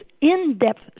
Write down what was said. in-depth